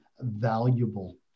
valuable